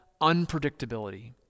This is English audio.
unpredictability